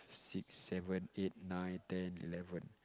six seven eight nine ten eleven